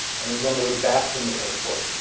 and it was on the way back from the airport